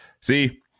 See